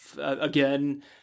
again